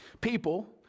People